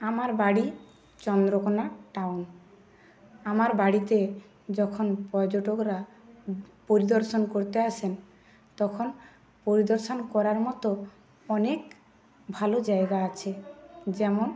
আমার বাড়ি চন্দ্রকোণা টাউন আমার বাড়িতে যখন পর্যটকরা পরিদর্শন করতে আসেন তখন পরিদর্শন করার মতো অনেক ভালো জায়গা আছে যেমন